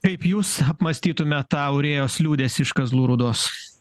kaip jūs apmąstytumėt tą aurėjos liūdesį iš kazlų rūdos